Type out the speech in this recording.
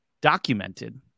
documented